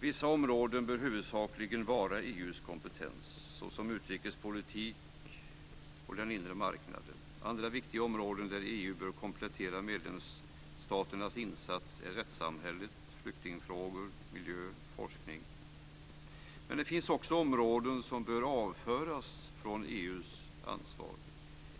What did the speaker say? Vissa områden bör huvudsakligen vara EU:s kompetens, såsom utrikespolitik och den inre marknaden. Andra viktiga områden där EU bör komplettera medlemsstaternas insatser är rättssamhället, flyktingfrågor, miljö och forskning. Men det finns också områden som bör avföras från EU:s ansvar,